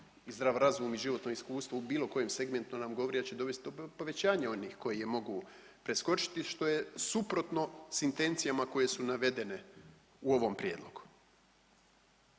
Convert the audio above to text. i zdrav razum i životno iskustvo u bilo kojem segmentu nam govori da će dovesti do povećanja onih koji je mogu preskočiti što je suprotno sa intencijama koje su navedene u ovom prijedlogu.